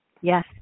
Yes